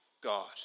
God